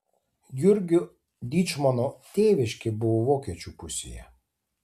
jurgio dyčmono tėviškė buvo vokiečių pusėje